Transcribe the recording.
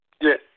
Yes